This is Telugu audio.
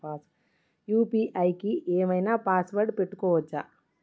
యూ.పీ.ఐ కి ఏం ఐనా పాస్వర్డ్ పెట్టుకోవచ్చా?